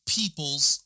people's